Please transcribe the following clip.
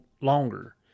longer